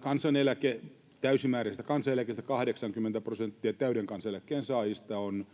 80 prosenttia täyden kansaneläkkeen saajista on